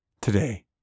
today